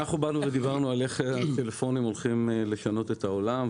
אנחנו באנו ודיברנו על איך הטלפונים הולכים לשנות את העולם,